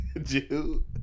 Jude